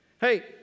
Hey